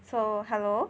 so hello